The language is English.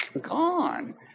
gone